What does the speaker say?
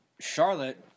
Charlotte